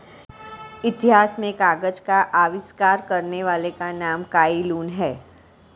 इतिहास में कागज का आविष्कार करने वाले का नाम काई लुन है